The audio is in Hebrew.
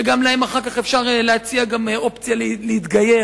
שלהם אחר כך אפשר להציע גם אופציה להתגייר.